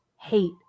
hate